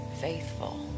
faithful